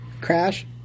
crash